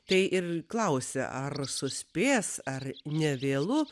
tai ir klausia ar suspės ar nevėlu